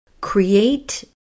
Create